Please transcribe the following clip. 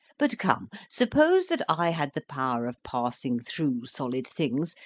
but come, suppose that i had the power of passing through solid things,